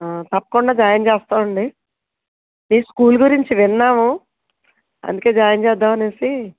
తప్పకుండా జాయిన్ చేస్తాం అండి మీ స్కూల్ గురించి విన్నాము అందుకే జాయిన్ చేద్దాం అని